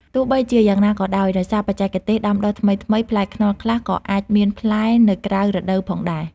ទោះបីជាយ៉ាងណាក៏ដោយ ដោយសារបច្ចេកទេសដាំដុះថ្មីៗ ផ្លែខ្នុរខ្លះក៏អាចមានផ្លែនៅក្រៅរដូវផងដែរ។